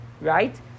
right